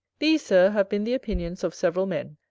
these, sir, have been the opinions of several men,